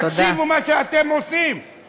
תקשיבו מה שאתם עושים, תודה.